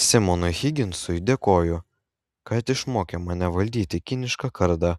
simonui higginsui dėkoju kad išmokė mane valdyti kinišką kardą